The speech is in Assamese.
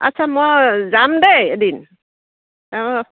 আচ্ছা মই যাম দেই এদিন অঁ